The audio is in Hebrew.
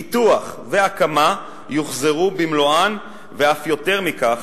פיתוח והקמה יוחזרו במלואן ואף יותר מכך,